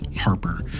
Harper